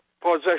possession